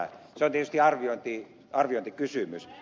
se on tietysti arviointikysymys